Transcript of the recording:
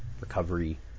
recovery